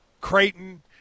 Creighton